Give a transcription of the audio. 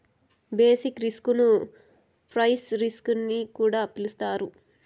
basic risk ను price risk అని కూడా పిలుత్తారు